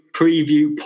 preview